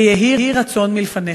ויהי רצון מלפניך,